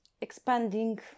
expanding